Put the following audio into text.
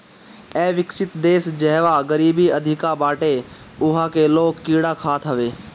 अविकसित देस जहवा गरीबी अधिका बाटे उहा के लोग कीड़ा खात हवे